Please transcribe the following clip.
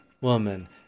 woman